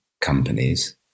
companies